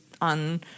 on